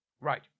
Right